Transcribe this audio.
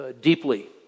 deeply